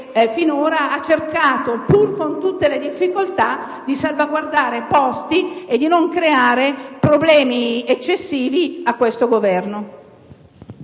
finora ha cercato, pur con tutte le difficoltà, di salvaguardare posti e di non creare problemi eccessivi al Governo.